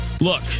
Look